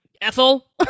Ethel